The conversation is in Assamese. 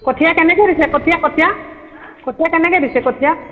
কঠীয়া কেনেকৈ দিছে কঠীয়া কঠীয়া কঠীয়া কেনেকৈ দিছে কঠীয়া